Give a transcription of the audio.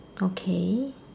okay